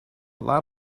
lot